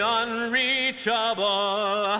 unreachable